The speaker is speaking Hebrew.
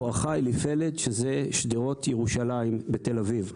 בואכה אליפלט, שזה שדרות ירושלים בתל אביב.